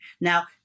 Now